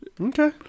Okay